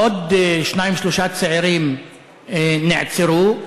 עוד שניים-שלושה צעירים נעצרו,